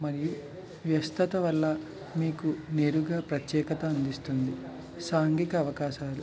మరియు వ్యస్థత వల్ల మీకు నేరుగా ప్రత్యేకత నిలుస్తుంది సాంఘిక అవకాశాలు